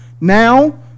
now